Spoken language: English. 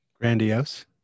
Grandiose